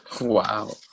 wow